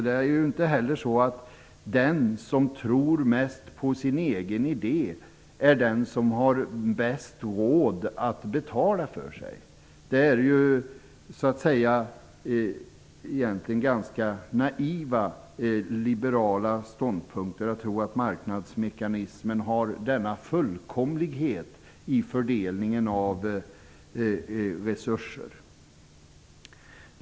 Det är inte heller så att den som tror mest på sin egen idè är den som kan betala bäst för sig. Det är en ganska naiv liberal ståndpunkt att tro att marknadsmekanismen är så fullkomlig när det gäller att fördela resurser.